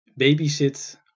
babysit